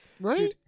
Right